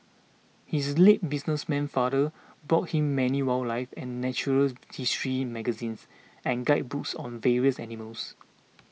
his late businessman father bought him many wildlife and natural history magazines and guidebooks on various animals